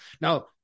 Now